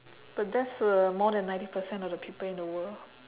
but that's uh more than ninety percent of the people in the world